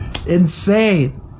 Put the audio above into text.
Insane